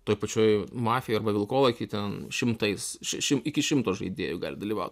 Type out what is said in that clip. toj pačioj mafijoj arba vilkolakiai ten šimtais šeši iki šimto žaidėjų gali dalyvaut